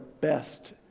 best